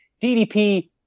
DDP